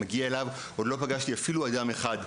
עוד לא פגשתי אפילו אדם אחד,